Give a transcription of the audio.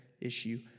issue